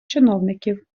чиновників